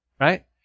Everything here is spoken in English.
right